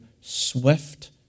swift